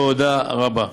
תודה רבה.